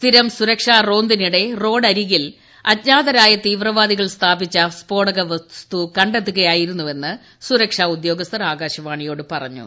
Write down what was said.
സ്ഥിരം സുരക്ഷ റോന്തിനിടെ റോഡരികിൽ അജ്ഞാതരായ തീവ്രവാദികൾ സ്ഥാപിച്ച സ്ഫോടക വസ്തു ക െ ത്തുകയായിരുന്നുവെന്ന് സുരക്ഷാ ഉദ്യോഗസ്ഥർ ആകാശവാണിയോട് പറഞ്ഞു